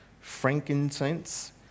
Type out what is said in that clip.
frankincense